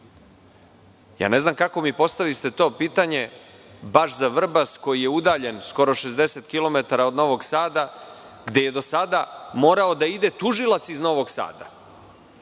Ne znam kako ste mi postavili to pitanje baš za Vrbas koji je udaljen skoro 60 kilometara od Novog Sada gde je do sada morao da ide tužilac iz Novog Sada.